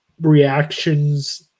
reactions